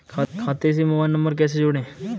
खाते से mobile number कैसे जोड़ें?